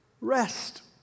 rest